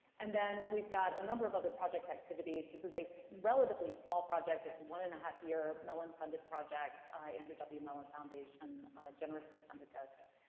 and then we've got a number of other project activities. this is a relatively small project, it's and one-and-a-half year mellon-funded project, the andrew w. mellon foundation generously funded this,